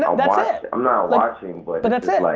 yeah that's it. i'm not watching but but that's it. like